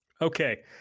Okay